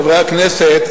חברי הכנסת,